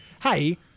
Hey